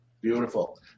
Beautiful